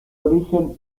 origen